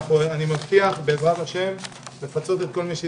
אני מבטיח בעזרת השם לפצות את כל מיש לא